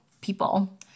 people